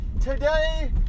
today